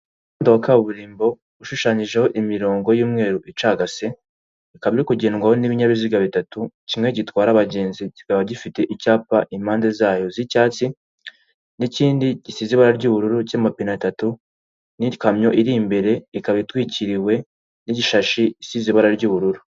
Umuhanda wa kaburimbo ushushanyijeho imirongo y'umweru icagase, ikaba iri kugenwaho n'ibinyabiziga bitatu, kimwe gitwara abagenzi kikaba gifite icyapa impande zayo z'icyatsi, n'ikindi gisize ibara ry'ubururu cy'amapine atatu, n'ikamyo iri imbere ikaba itwikiriwe n'igishashi, isize ibara ry'ubururu.